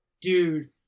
Dude